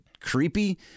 creepy